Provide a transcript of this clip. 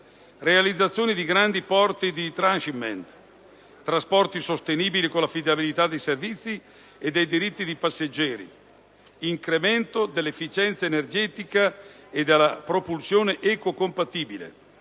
realizzazione di grandi porti di *trans-shipment*; trasporti sostenibili, con l'affidabilità dei servizi e dei diritti dei passeggeri; incremento dell'efficienza energetica e della propulsione ecocompatibile;